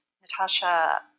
Natasha